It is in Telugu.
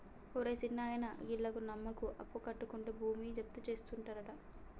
ఒరే సిన్నాయనా, గీళ్లను నమ్మకు, అప్పుకట్లకుంటే భూమి జప్తుజేసుకుంటరు